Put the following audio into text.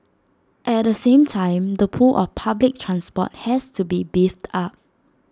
at the same time the pull of public transport has to be beefed up